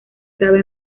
cabe